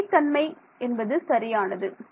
நிலைத்தன்மை சரியானது